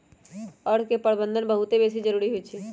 अर्थ के प्रबंधन बहुते बेशी जरूरी होइ छइ